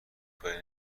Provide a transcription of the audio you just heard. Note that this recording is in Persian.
کاری